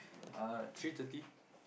uh three thirty